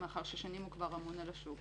מאחר ששנים הוא כבר אמון על השוק,